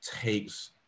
takes